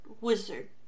Wizard